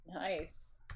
Nice